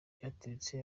cyaturitse